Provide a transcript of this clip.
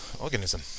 organism